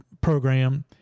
program